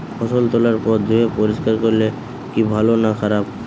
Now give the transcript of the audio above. ফসল তোলার পর ধুয়ে পরিষ্কার করলে কি ভালো না খারাপ?